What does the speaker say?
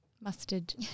mustard